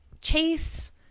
chase